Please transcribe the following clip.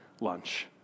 lunch